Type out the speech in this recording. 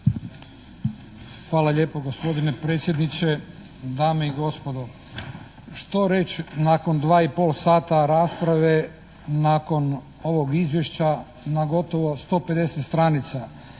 Hvala lijepo gospodine predsjedniče. Dame i gospodo, što reći nakon dva i pol sata rasprave nakon ovog izvješća na gotovo 150 stranica?